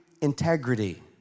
integrity